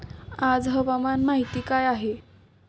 आज हवामान माहिती काय आहे?